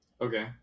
Okay